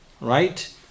Right